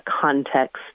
context